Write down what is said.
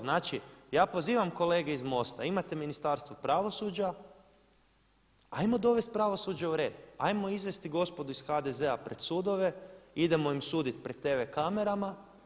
Znači ja pozivam kolege iz MOST-a imate Ministarstvo pravosuđa, 'ajmo dovesti pravosuđe u red, 'ajmo izvesti gospodu iz HDZ-a pred sudove, idemo im suditi pred tv kamerama.